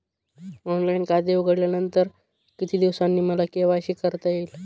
Online खाते उघडल्यानंतर किती दिवसांनी मला के.वाय.सी करता येईल?